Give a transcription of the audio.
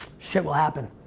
shit will happen.